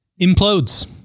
implodes